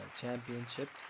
championships